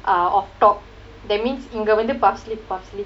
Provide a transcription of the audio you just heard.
uh of top that means இங்கே வந்து:inga vanthu parsley parsley